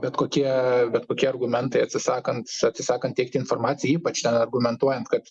bet kokie bet kokie argumentai atsisakant atsisakant teikti informaciją ypač argumentuojant kad